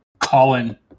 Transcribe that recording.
Colin